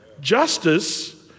Justice